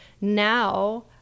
Now